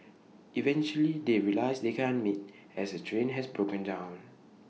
eventually they realise they can't meet as her train has broken down